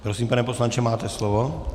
Prosím, pane poslanče, máte slovo.